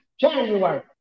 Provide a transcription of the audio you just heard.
January